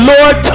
Lord